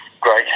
Great